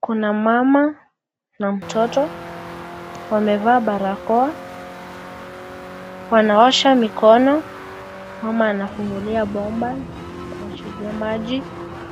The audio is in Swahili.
Kuna mama na mtoto wamevaa barakoa. Wanaosha mikono. Mama anafungulia bomba kuachilia maji